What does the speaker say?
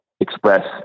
express